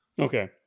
Okay